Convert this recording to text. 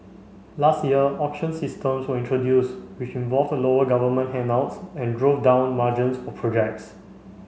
last year auction systems were introduced which involved lower government handouts and drove down margins for projects